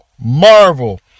marvel